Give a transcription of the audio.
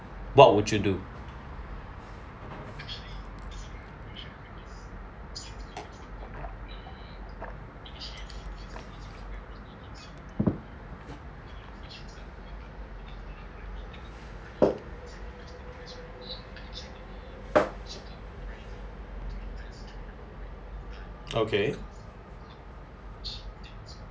what would you do okay